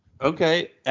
Okay